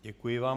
Děkuji vám.